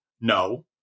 No